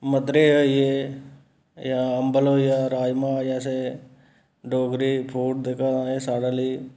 मद्धरा होई गेआ जां अंम्बल होई गेआ राजमांह् जैसे डोगरी फूड जेह्का एह् साढ़े लेई